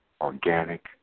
organic